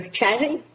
chatting